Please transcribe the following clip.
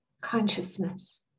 consciousness